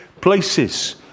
places